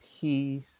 peace